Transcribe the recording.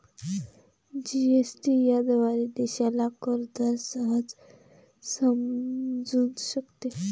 GST याद्वारे देशाला कर दर सहज समजू शकतो